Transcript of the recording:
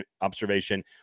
observation